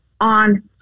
on